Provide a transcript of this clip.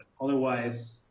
otherwise